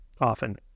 often